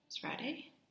Friday